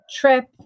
trip